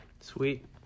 sweet